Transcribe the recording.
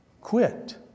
Quit